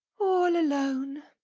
all alone!